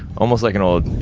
almost like an old